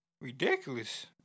Ridiculous